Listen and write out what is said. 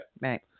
Right